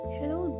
Hello